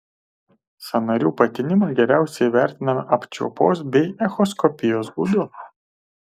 sąnarių patinimą geriausiai įvertiname apčiuopos bei echoskopijos būdu